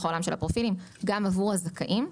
העולם של הפרופילים גם עבור הזכאים.